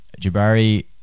Jabari